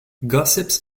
gossips